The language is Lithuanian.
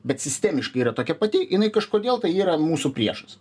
bet sistemiškai yra tokia pati jinai kažkodėl tai yra mūsų priešas